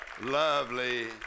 lovely